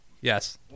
Yes